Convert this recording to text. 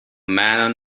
man